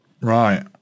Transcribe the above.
Right